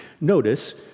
Notice